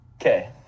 Okay